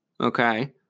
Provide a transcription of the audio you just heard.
Okay